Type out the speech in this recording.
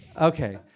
Okay